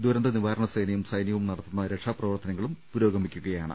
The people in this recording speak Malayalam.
ദുരന്ത നിവാരണ സേനയും സൈന്യവും നടത്തുന്ന രക്ഷാപ്രവർത്തനങ്ങളും പുരോഗമിക്കുകയാണ്